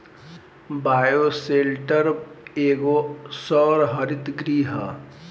bioshelter एगो सौर हरित गृह ह